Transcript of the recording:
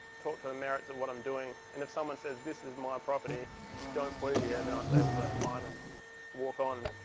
talk to the merits of what i'm doing. and if someone says, this is my property don't put it here, then i say, well, that's fine and walk on.